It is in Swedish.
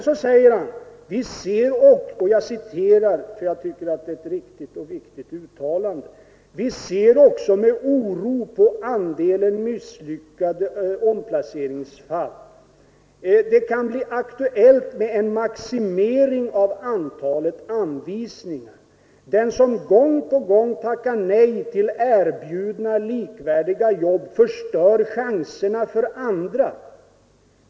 Så säger han — jag citerar det, eftersom jag tycker att det är ett riktigt och viktigt uttalande: ”Vi ser också med oro på andelen misslyckade omplaceringsfall — bara ett av tre leder till resultat. Det kan bli aktuellt med en maximering av antalet anvisningar. Den som gång på gång tackar nej till erbjudna likvärdiga jobb förstör chanserna för andra.